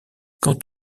quant